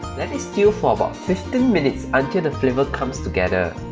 let it stew for about fifteen minutes until the flavor comes together